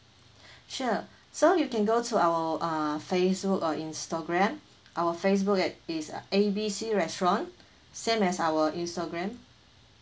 sure so you can go to our ah facebook or instagram our facebook at ah A B C restaurant same as our instagram